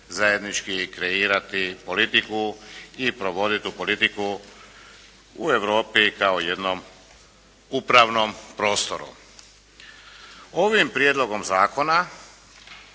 zajednički kreirati politiku i provoditi politiku u Europi kao jednom upravnom prostoru. Ovim prijedlogom zakona